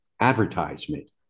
advertisement